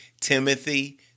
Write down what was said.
Timothy